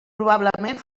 probablement